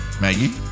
Maggie